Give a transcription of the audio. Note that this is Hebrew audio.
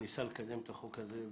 ניסה לקדם את החוק הזה מאוד.